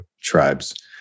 tribes